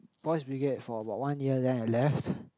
Boy's Brigade for about one year then I left